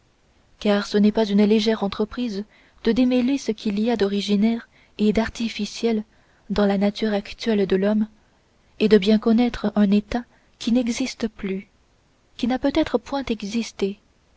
car ce n'est pas une légère entreprise de démêler ce qu'il y a d'originaire et d'artificiel dans la nature actuelle de l'homme et de bien connaître un état qui n'existe plus qui n'a peut-être point existé